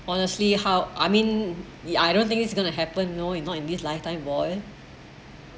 honestly how I mean I don't think it's going to happen you know and not in this lifetime boy